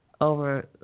over